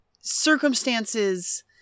circumstances